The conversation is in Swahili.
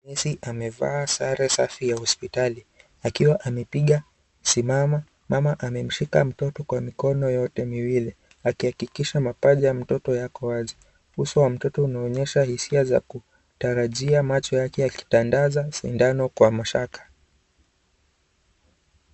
Nesi amevaa sare safi ya hospitali, akiwa amepiga sindano; mama amemshika mtoto kwa mikono yake miwili akihakikisha mapaja ya mtoto yako wazi. Uso wa mtoto unaonyesha hisia za kutarajia, macho yake yakitandaza shindano kwa mashaka.